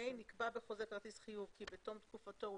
נקבע בחוזה כרטיס חיוב כי בתום תקופתו הוא